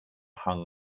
hung